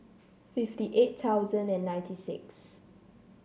fifty eight thousand and ninety six